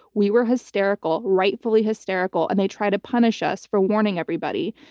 we were hysterical, rightfully hysterical, and they tried to punish us for warning everybody.